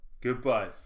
goodbye